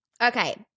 Okay